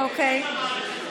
אוקיי.